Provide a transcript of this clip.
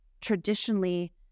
traditionally